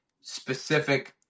specific